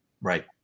right